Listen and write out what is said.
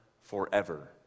forever